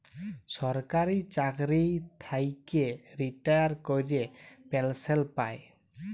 সরকারি চাকরি থ্যাইকে রিটায়ার ক্যইরে পেলসল পায়